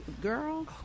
girl